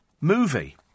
movie